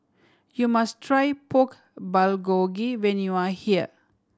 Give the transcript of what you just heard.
you must try Pork Bulgogi when you are here